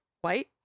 white